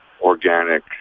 organic